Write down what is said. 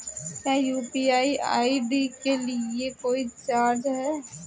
क्या U P I I D के लिए कोई चार्ज है?